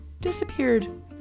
disappeared